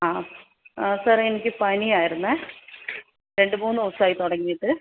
ആ സാറേ എനിക്ക് പനിയായിരുന്നെ രണ്ട് മൂന്ന് ദിവസമായി തുടങ്ങിയിട്ട്